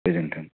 गोजोन्थों